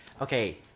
okay